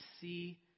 see